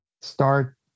start